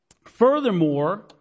Furthermore